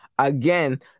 Again